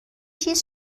چیز